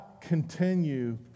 continue